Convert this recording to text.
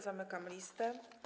Zamykam listę.